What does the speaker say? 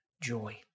joy